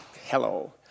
Hello